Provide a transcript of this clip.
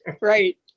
right